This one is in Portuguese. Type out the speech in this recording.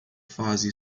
fase